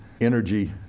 energy